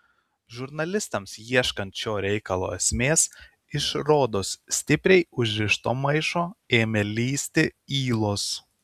žurnalistams ieškant šio reikalo esmės iš rodos stipriai užrišto maišo ėmė lįsti ylos